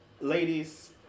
ladies